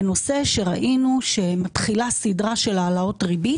בנושא שראינו שמתחילה סדרה של העלאות ריבית.